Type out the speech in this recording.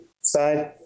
side